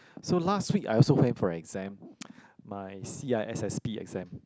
so last week I also went for exam my C_I_S_S_P exam